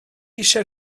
eisiau